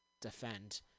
defend